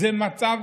זה מצב